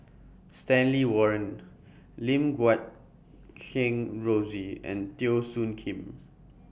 Stanley Warren Lim Guat Kheng Rosie and Teo Soon Kim